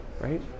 right